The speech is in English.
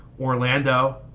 Orlando